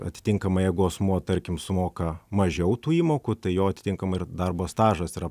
atitinkamai jeigu asmuo tarkim sumoka mažiau tų įmokų tai jo atitinkamai ir darbo stažas yra